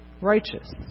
righteous